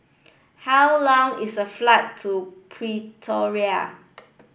how long is the flight to Pretoria